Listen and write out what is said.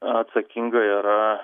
atsakinga yra